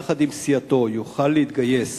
יחד עם סיעתו, יוכל להתגייס